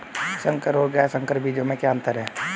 संकर और गैर संकर बीजों में क्या अंतर है?